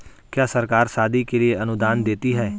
क्या सरकार शादी के लिए अनुदान देती है?